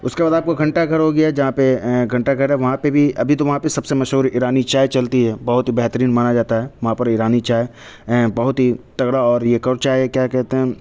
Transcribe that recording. اس کے بعد آپ کو گھنٹہ گھر ہوگیا جہاں پہ گھنٹہ گھر ہے وہاں پہ بھی ابھی تو وہاں پہ سب سے مشہور ایرانی چائے چلتی ہے بہت ہی بہترین مانا جاتا ہے وہاں پر ایرانی چائے بہت ہی تگڑا اور یہ کون چائے ہے کیا کہتے ہیں